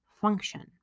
function